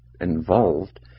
involved